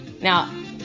Now